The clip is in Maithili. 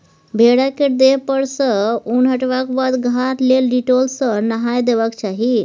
भेड़ा केर देह पर सँ उन हटेबाक बाद घाह लेल डिटोल सँ नहाए देबाक चाही